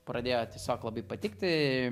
pradėjo tiesiog labai patikti